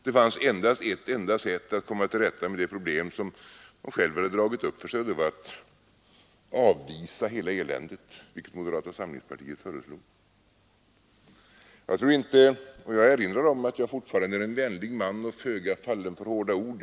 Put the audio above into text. Det fanns ett enda sätt att komma till rätta med de problem som de själva dragit på sig, nämligen att avvisa hela eländet, vilket moderata samlingspartiet föreslog. Jag erinrar igen om att jag är en vänlig man och föga fallen för hårda ord.